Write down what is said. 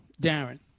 Darren